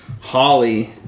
Holly